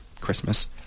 Christmas